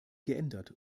geändert